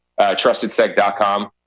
trustedsec.com